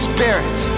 Spirit